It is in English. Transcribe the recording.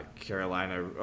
Carolina